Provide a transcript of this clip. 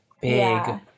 big